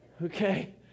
Okay